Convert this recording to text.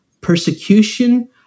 persecution